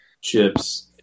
chips